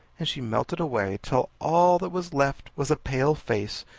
and she melted away till all that was left was a pale face,